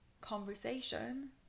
conversation